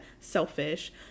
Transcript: selfish